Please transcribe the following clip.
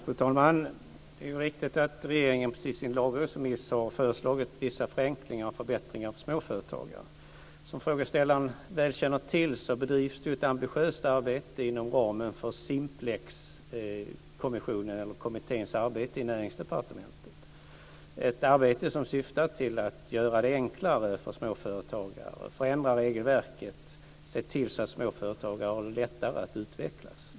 Fru talman! Det är riktigt att regeringen i en lagrådsremiss har föreslagit vissa förenklingar och förbättringar för småföretagare. Som frågeställaren väl känner till bedrivs det ett ambitiöst arbete inom ramen för Simplexkommissionens arbete i Näringsdepartementet. Det är ett arbete som syftar till att göra det enklare för småföretagare, förändra regelverket och se till så att småföretagare har det lättare att utvecklas.